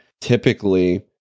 Typically